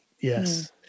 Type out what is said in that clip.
Yes